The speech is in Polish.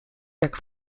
jak